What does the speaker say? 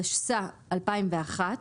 התשס"ה-2001,